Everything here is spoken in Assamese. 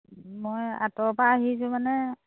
মই আঁতৰপা আহিছোঁ মানে